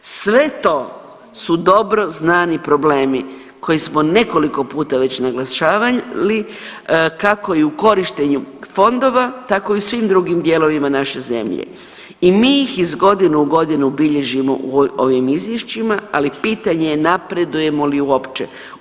Sve to su dobro znani problemi koje smo već nekoliko puta naglašavali kako i u korištenju fondova tako i u svim drugim dijelovima naše zemlje i mi ih iz godine u godinu bilježimo u ovim izvješćima, ali pitanje je napredujemo li uopće?